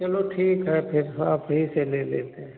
चलो ठीक है फिर आप ही से ले लेते हें